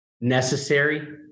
necessary